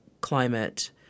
climate